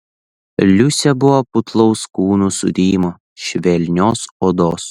liusė buvo putlaus kūno sudėjimo švelnios odos